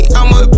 I'ma